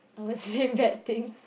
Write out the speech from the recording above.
I would say bad things